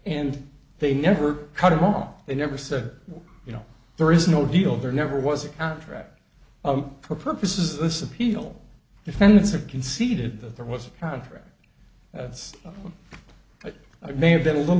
and they never cut him off they never said you know there is no deal there never was a contract for purposes of this appeal defendants have conceded that there was a contract that's what i may have been a little